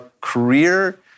career